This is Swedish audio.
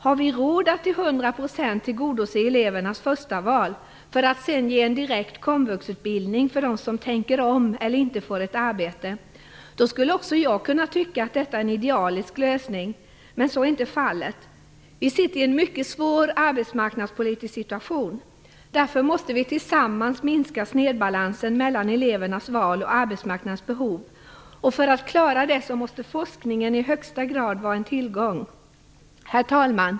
Har vi råd att till hundra procent tillgodose elevernas förstaval för att sedan direkt ge en komvuxutbildning för dem som tänker om eller som inte får ett arbete, då skulle också jag tycka att det är en idealisk lösning. Men så är inte fallet. Vi sitter i en mycket svår arbetsmarknadspolitisk situation. Därför måste vi tillsammans minska snedbalansen mellan elevernas val och arbetsmarknadens behov. För att vi skall klara det måste forskningen i högsta grad vara en tillgång. Herr talman!